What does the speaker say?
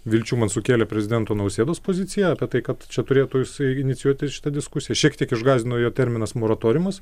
vilčių man sukėlė prezidento nausėdos pozicija apie tai kad čia turėtų jisai inicijuoti šitą diskusiją šiek tiek išgąsdino jo terminas moratoriumas